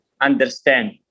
understand